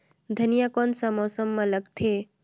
धनिया कोन सा मौसम मां लगथे?